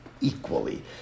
Equally